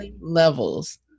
levels